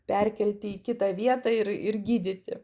perkelti į kitą vietą ir ir gydyti